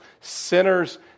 Sinners